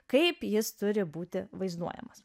kaip jis turi būti vaizduojamas